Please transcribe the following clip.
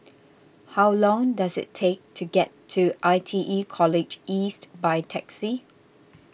how long does it take to get to I T E College East by taxi